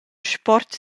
sport